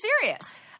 serious